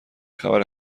خبر